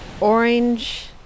orange